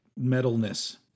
metalness